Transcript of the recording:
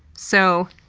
so,